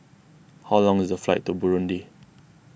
how long is the flight to Burundi